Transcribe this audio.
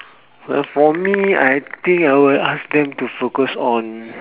well for me I think I will ask them to focus on